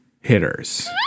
hitters